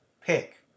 Pick